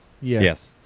Yes